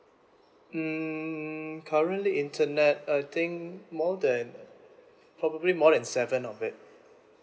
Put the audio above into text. mm currently internet I think more than probably more than seven of it